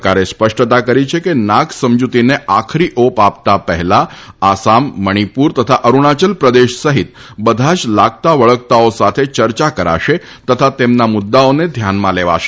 સરકારે સ્પષ્ટતા કરી છે કે નાગ સમજૂતીને આખરી ઓપ આપતા પહેલાં આસામ મણીપુર તથા અરૂણાચલપ્રદેશ સહિત બધા જ લાગતા વળગતાઓ સાથે યર્યા કરાશે તથા તેમના મુદ્દાઓને ધ્યાનમાં લેવાશે